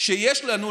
שיש לנו,